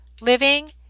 living